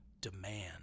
demand